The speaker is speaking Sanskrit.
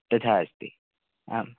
तथा अस्ति आम्